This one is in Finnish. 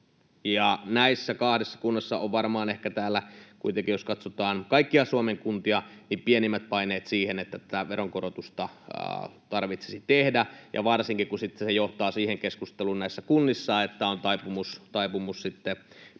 näissä kahdessa kunnassa on varmaan ehkä täällä kuitenkin, jos katsotaan kaikkia Suomen kuntia, pienimmät paineet siihen, että tätä veronkorotusta tarvitsisi tehdä, varsinkin kun se johtaa siihen keskusteluun näissä kunnissa, että on taipumus sitten